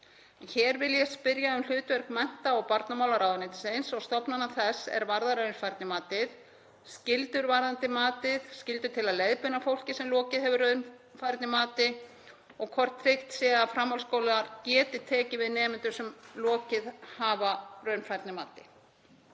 Hér vil ég spyrja um hlutverk mennta- og barnamálaráðuneytisins og stofnana þess er varðar raunfærnimat, skyldur varðandi matið, skyldur til að leiðbeina fólki sem lokið hefur raunfærnimati og hvort tryggt sé að framhaldsskólar geti tekið við nemendum sem lokið hafa raunfærnimati.